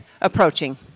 approaching